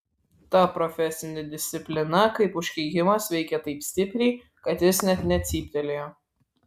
ta profesinė disciplina kaip užkeikimas veikė taip stipriai kad jis net necyptelėjo